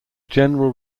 general